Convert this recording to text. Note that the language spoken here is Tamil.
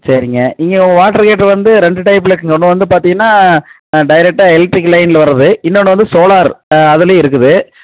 சரிங்க இங்கே வாட்டர் ஹீட்டர் வந்து ரெண்டு டைப்பில் இருக்குங்க ஒன்று வந்து பார்த்தீங்கன்னா டேரெக்டாக எலக்ட்ரிக் லைனில் வரது இன்னொன்று வந்து சோலார் அதுலையும் இருக்குது